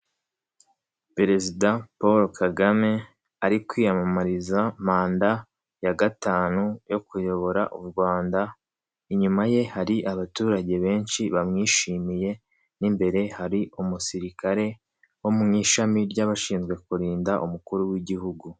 Perezida Paul Kagame ari kwiyamamariza manda ya gatanu yo kuyobora u Rwanda, inyuma ye hari abaturage benshi bamwishimiye n'imbere hari umusirikare wo mu ishami ry'abashinzwe kurinda umukuru w'igihugu.